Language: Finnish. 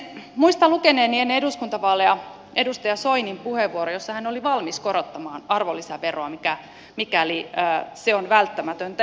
muistan lukeneeni ennen eduskuntavaaleja edustaja soinin puheenvuoron jossa hän oli valmis korottamaan arvonlisäveroa mikäli se on välttämätöntä